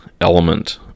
element